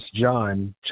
John